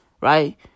Right